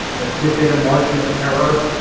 that's within a margin of error.